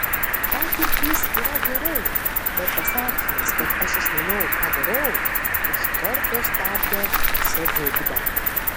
patirtys yra gerai bet pasakymas kad aš išmanau ką darau iš karto stabdo saviugdą